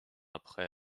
après